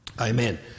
Amen